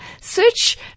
search